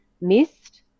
missed